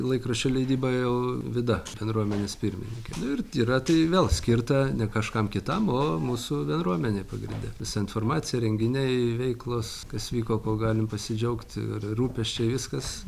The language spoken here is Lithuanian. laikraščio leidyba jau vida bendruomenės pirmininkė nu ir yra tai vėl skirta ne kažkam kitam o mūsų bendruomenei pagrinde visa informacija renginiai veiklos kas vyko ko galim pasidžiaugti ir rūpesčiai viskas